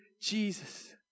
Jesus